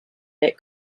bit